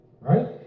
Right